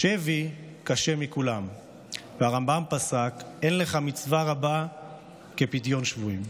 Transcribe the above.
שבי קשה מכולם"; הרמב"ם פסק: "אין לך מצווה רבה כפדיון שבויים".